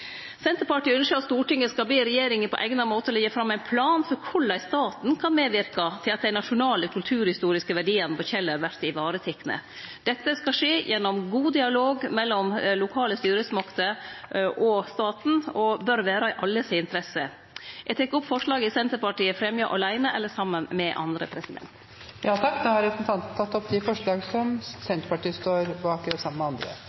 Senterpartiet ønskjer at Stortinget skal be regjeringa på eigna måte leggje fram ein plan for korleis staten kan medverke til at dei nasjonale kulturhistoriske verdiane på Kjeller vert varetekne. Dette skal skje gjennom god dialog mellom lokale styresmakter og staten og bør vere i alle si interesse. Eg tek opp forslaga Senterpartiet fremjar aleine eller saman med andre. Representanten Liv Signe Navarsete tatt opp de forslagene hun refererte til. Det er mange kulturhistoriske verdier på Kjeller som